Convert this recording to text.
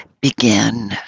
begin